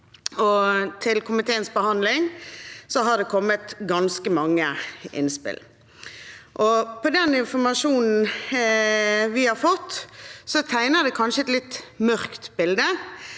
og til komiteens behandling har det kommet ganske mange innspill. Den informasjonen vi har fått, tegner kanskje et litt mørkt bilde,